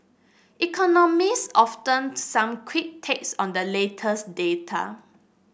economists often some quick takes on the latest data